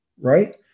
right